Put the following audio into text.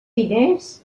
diners